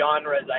genres